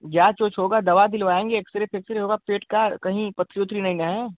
जाँच वुच होगा दावा भी लगाएँगे एक्स रे फेक्सरे होगा पेट का कहीं पथरी वथरी नहीं हैं